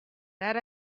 that